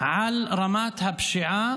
על רמת הפשיעה